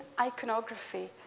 iconography